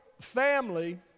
family